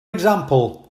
example